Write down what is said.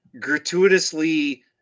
gratuitously